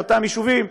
לאותם יישובים,